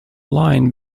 line